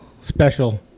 special